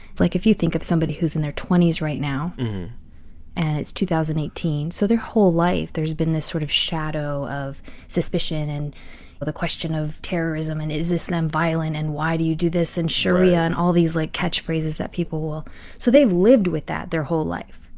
like, if you think of somebody who's in their twenty s right now and it's two thousand and eighteen. so their whole life, there's been this sort of shadow of suspicion and the question of terrorism and is islam violent and why do you do this? and sharia and all these, like, catchphrases that people will so they've lived with that their whole life.